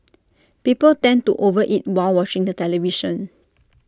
people tend to over eat while watching the television